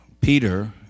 Peter